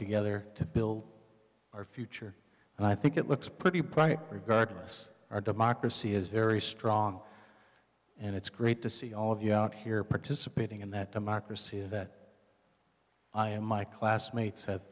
together to build our future and i think it looks pretty bright regardless our democracy is very strong and it's great to see all of you out here participating in that democracy that i and my classmate